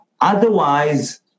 Otherwise